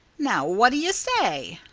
now what do you say?